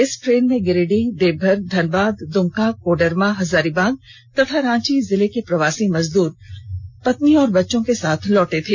इस ट्रेन में गिरिडीह देवघर धनबाद दुमका कोडरमा हजारीबाग तथा रांची जिले के प्रवासी मजदूर पत्नी और बच्चों के साथ लौटे थे